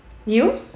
you